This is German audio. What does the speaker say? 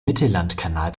mittellandkanal